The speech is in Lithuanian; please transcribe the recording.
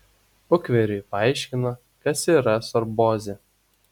uktveriui paaiškino kas yra sorbozė